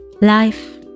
Life